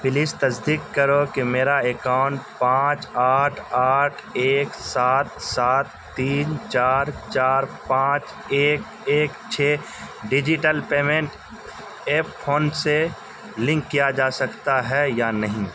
please تصدیق کرو کہ میرا اکاؤن پانچ آٹھ آٹھ ایک سات سات تین چار چار پانچ ایک ایک چھ ڈجیٹل پیمنٹ ایپ فون سے لنک کیا جا سکتا ہے یا نہیں